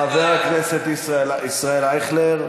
חבר הכנסת ישראל אייכלר,